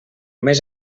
més